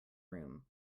room